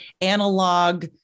analog